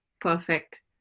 perfect